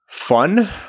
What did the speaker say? fun